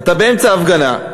"אתה באמצע הפגנה,